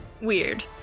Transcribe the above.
Weird